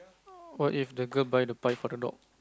what if the girl buy the pie for the dog